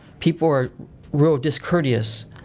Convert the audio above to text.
people are real discourteous.